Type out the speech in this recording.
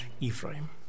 Ephraim